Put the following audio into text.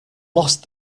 lost